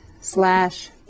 slash